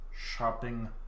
shopping